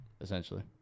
essentially